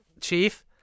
Chief